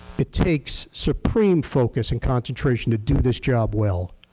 it takes supreme focus and concentration to do this job well.